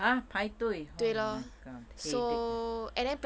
!huh! 排队 oh my god headache ah